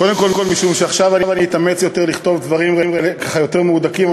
קודם כול משום שעכשיו אני אתאמץ יותר לכתוב דברים ככה יותר מהודקים,